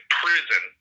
prison